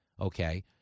Okay